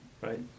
Right